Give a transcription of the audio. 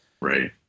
Right